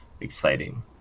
exciting